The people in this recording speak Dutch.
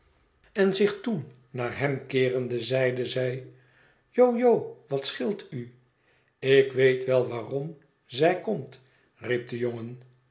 en zich toen naar hem keerende zeide zij jo jo wat scheelt u ik weet wel waarom zij komt riep de jongen